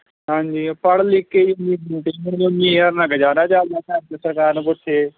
ਹਾਂਜੀ ਪੜ੍ਹ ਲਿਖ ਕੇ ਨਾਲ ਗੁਜ਼ਾਰਾ ਚਲਦਾ ਘਰ 'ਚ ਸਰਕਾਰ ਨੂੰ ਪੁੱਛੇ